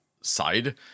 side